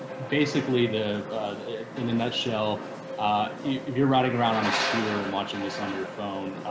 basically the in a nutshell. if you're riding around on a scooter and launching this on your phone.